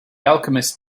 alchemist